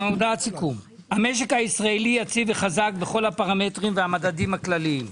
המשק הישראלי יציב וחזק בכל הפרמטרים והמדדים הכלליים.